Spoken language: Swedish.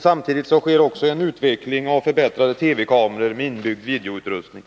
Samtidigt sker också en utveckling av förbättrade TV-kameror med inbyggd videoutrustning.